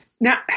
Now